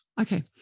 Okay